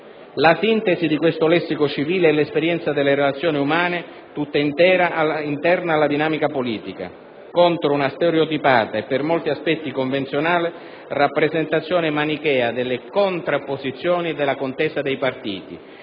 La sintesi di questo lessico civile è l'esperienza delle relazioni umane tutta interna alla dinamica politica. Contro una stereotipata e per molti aspetti convenzionale rappresentazione manichea delle contrapposizioni e della contesa dei partiti,